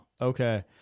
Okay